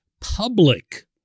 public